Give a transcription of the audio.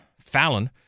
Fallon